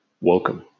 Welcome